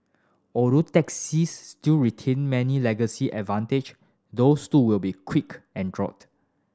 although taxis still retain many legacy advantage those too will be quick erod